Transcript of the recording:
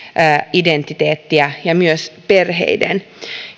identiteettiä ja myös perheiden